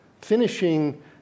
finishing